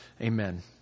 Amen